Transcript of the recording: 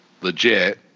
legit